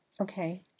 Okay